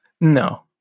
no